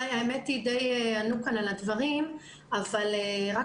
האמת היא שדי ענו כאן על הדברים אבל רק